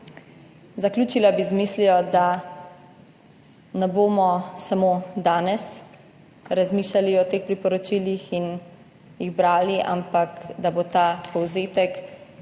Zaključila bi z mislijo, da ne bomo samo danes razmišljali o teh priporočilih in jih brali, ampak bo ta povzetek,